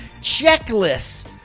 checklists